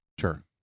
Sure